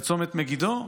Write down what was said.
בצומת מגידו?